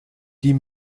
die